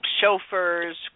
chauffeurs